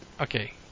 Okay